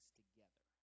together